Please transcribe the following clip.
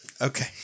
Okay